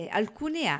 alcune